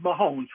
Mahomes